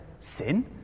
Sin